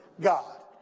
God